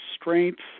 strengths